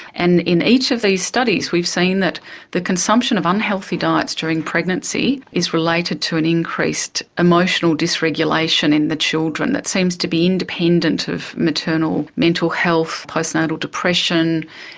and in each of these studies we've seen that the consumption of unhealthy diets during pregnancy is related to an increased emotional dysregulation in the children that seems to be independent of maternal mental health, postnatal depression.